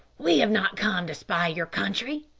we have not come to spy your country,